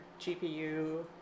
gpu